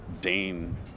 Dane